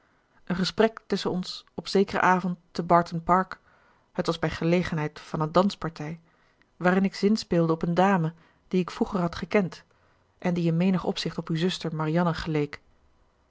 een gesprek tusschen ons op zekeren avond te barton park het was bij gelegenheid van een danspartij waarin ik zinspeelde op een dame die ik vroeger had gekend en die in menig opzicht op uwe zuster marianne geleek